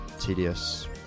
tedious